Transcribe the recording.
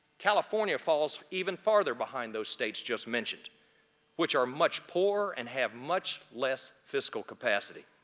california falls even farther behind those states just mentioned which are much poorer, and have much less fiscal capacity.